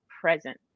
present